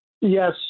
Yes